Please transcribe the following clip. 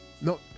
No